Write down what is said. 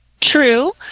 True